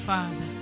Father